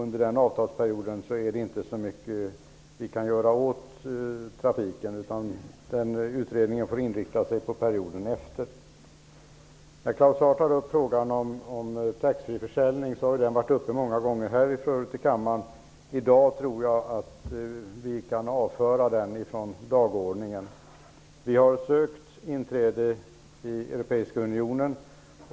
Under avtalsperioden finns det inte så mycket att göra åt trafiken, utan utredningen får inriktas på perioden efter. Claus Zaar tar upp frågan om taxfreeförsäljning, en fråga som många gånger har tagits upp här i kammaren. I dag tror jag att vi kan avföra den från dagordningen. Vi har sökt inträde i Europeiska unionen.